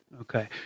Okay